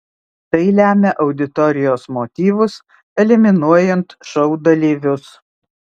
tai lemia auditorijos motyvus eliminuojant šou dalyvius